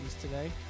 today